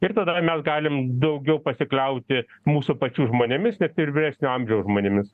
ir tada mes galim daugiau pasikliauti mūsų pačių žmonėmis net ir vyresnio amžiaus žmonėmis